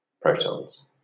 protons